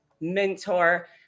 mentor